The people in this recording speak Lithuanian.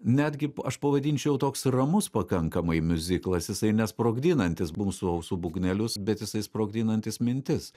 netgi aš pavadinčiau toks ramus pakankamai miuziklas jisai nesprogdinantis mūsų ausų būgnelius bet jisai sprogdinantis mintis